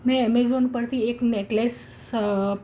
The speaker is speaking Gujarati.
મેં એમેઝોન પરથી એક નેકલેસ